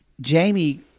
Jamie